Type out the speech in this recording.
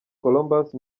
columbus